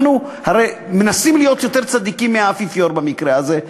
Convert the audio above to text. אנחנו מנסים להיות יותר צדיקים מהאפיפיור במקרה הזה,